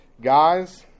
Guys